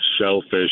shellfish